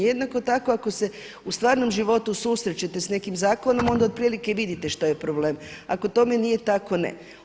Jednako tako ako se u stvarnom životu susrećete s nekim zakonom onda otprilike vidite šta je problem, ako tome nije tako ne.